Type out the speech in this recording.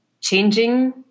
changing